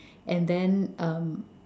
and then uh